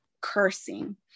cursing